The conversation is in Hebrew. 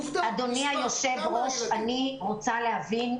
אדוני היושב-ראש, אני רוצה להבין.